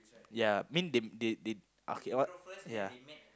ya mean they they they okay what ya